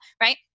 right